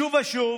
שוב ושוב,